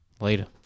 Later